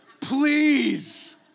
Please